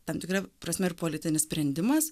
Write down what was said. tam tikra prasme ir politinis sprendimas